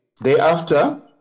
Thereafter